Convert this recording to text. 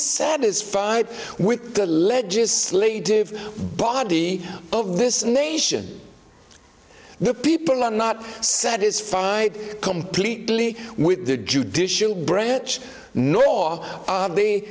dissatisfied with the legislative body of this nation the people are not satisfied completely with the judicial branch nor are they